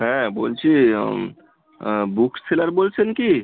হ্যাঁ বলছি book seller বলছেন কি